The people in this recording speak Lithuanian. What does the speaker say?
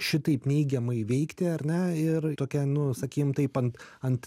šitaip neigiamai veikti ar ne ir tokia nu sakykim taip ant ant